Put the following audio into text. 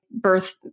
birth